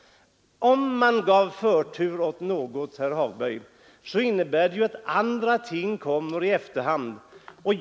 Om man ger förtur åt något, herr Hagberg, innebär det ju att andra ting kommer i efterhand.